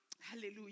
Hallelujah